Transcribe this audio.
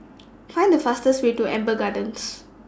Find The fastest Way to Amber Gardens